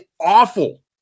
awful